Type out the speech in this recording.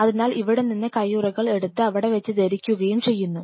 അതിനാൽ ഇവിടെ നിന്ന് കയ്യുറകൾ എടുത്ത് അവിടെ വെച്ച് ധരിക്കുകയും ചെയ്യുന്നു